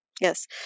Yes